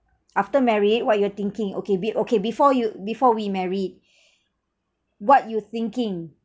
after married what you're thinking okay be~ okay before you before we married what you thinking